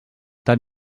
tan